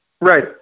Right